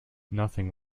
nothing